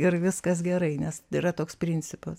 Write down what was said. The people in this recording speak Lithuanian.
ir viskas gerai nes yra toks principas